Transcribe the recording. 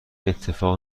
اتفاق